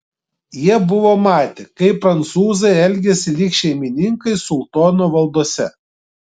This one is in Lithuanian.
jie buvo matę kaip prancūzai elgiasi lyg šeimininkai sultono valdose